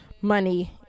Money